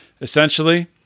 essentially